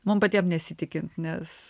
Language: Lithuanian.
mum patiem nesitikint nes